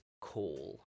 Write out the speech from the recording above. Call